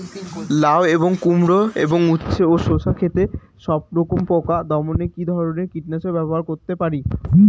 লাউ এবং কুমড়ো এবং উচ্ছে ও শসা ক্ষেতে সবরকম পোকা দমনে কী ধরনের কীটনাশক ব্যবহার করতে পারি?